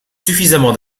suffisamment